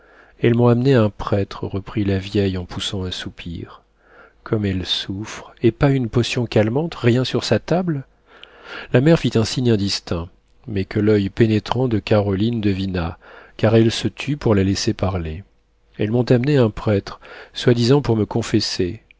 elles m'ont amené un prêtre reprit la vieille en poussant un soupir comme elle souffre et pas une potion calmante rien sur sa table la mère fit un signe indistinct mais que l'oeil pénétrant de caroline devina car elle se tut pour la laisser parler elles m'ont amené un prêtre soi-disant pour me confesser